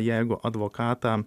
jeigu advokatą